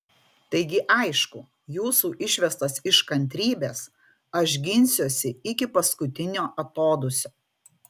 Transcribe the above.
taigi aišku jūsų išvestas iš kantrybės aš ginsiuosi iki paskutinio atodūsio